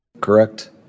correct